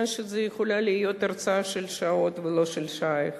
שזו יכולה להיות הרצאה של שעות ולא של שעה אחת.